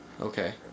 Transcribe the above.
Okay